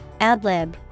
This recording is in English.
Adlib